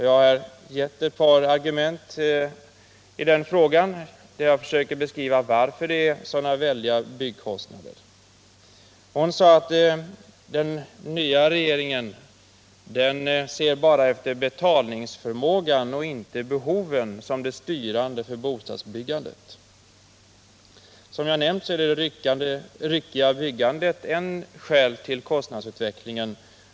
Jag har framlagt ett par argument i den frågan. Jag har försökt beskriva varför byggkostnaderna är så höga. Birgitta Dahl sade att den nya regeringen bara ser till betalningsförmågan och inte till behoven när det gäller att styra bostadsbyggandet. Som jag nämnt är det ryckiga byggandet ett skäl till kostnadsutvecklingen.